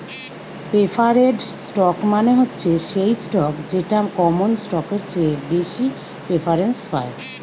preferred stock মানে হচ্ছে সেই স্টক যেটা কমন স্টকের চেয়ে বেশি প্রেফারেন্স পায়